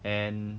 and